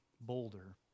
boulder